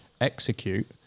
execute